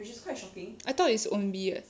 I thought is eun bi leh